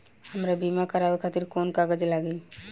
हमरा बीमा करावे खातिर कोवन कागज लागी?